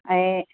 ऐं